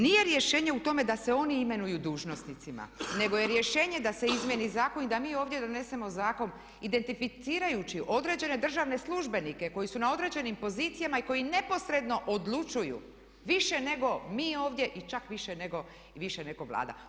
Nije rješenje u tome da se oni imenuju dužnosnicima, nego je rješenje da se izmijeni zakon i da mi ovdje donesemo zakon identificirajući određene državne službenike koji su na određenim pozicijama i koji neposredno odlučuju više nego mi ovdje i čak više nego Vlada.